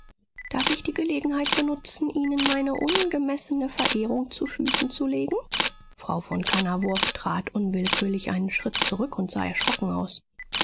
darf ich die gelegenheit benutzen ihnen meine ungemessene verehrung zu füßen zu legen frau von kannawurf trat unwillkürlich einen schritt zurück und sah erschrocken aus